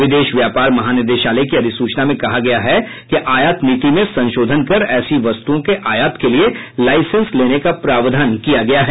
विदेश व्यापार महानिदेशालय की अधिसूचना में कहा गया है कि आयात नीति में संशोधन कर ऐसी वस्तुओं के आयात के लिए लाइसेंस लेने का प्रावधान किया गया है